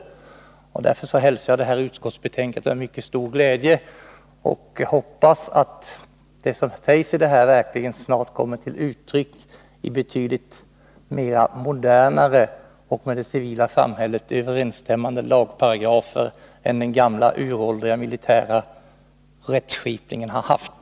Därför hälsar jag detta utskottsbetänkande med mycket stor glädje, och jag hoppas att det som sägs här verkligen snart kommer till uttryck i betydligt mera moderna och med det civila samhället överensstämmande lagparagrafer än den gamla, uråldriga militära rättskipningen har haft.